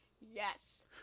yes